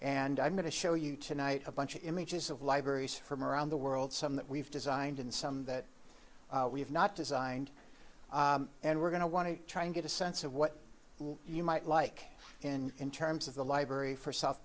and i'm going to show you tonight a bunch of images of libraries from around the world some that we've designed and some that we've not designed and we're going to want to try and get a sense of what you might like in terms of the library for south